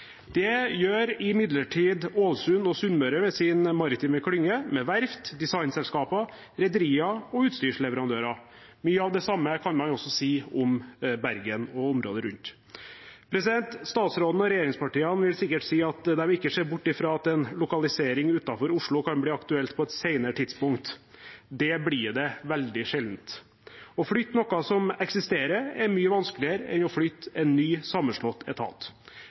Det gjør imidlertid Ålesund og Sunnmøre med sin maritime klynge, med verft, designselskaper, rederier og utstyrsleverandører. Mye av det samme kan man også si om Bergen og området rundt. Statsråden og regjeringspartiene vil sikkert si at de ikke ser bort fra at en lokalisering utenfor Oslo kan bli aktuelt på et senere tidspunkt. Det blir det veldig sjelden. Å flytte noe som eksisterer, er mye vanskeligere enn å flytte en ny sammenslått etat.